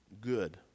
Good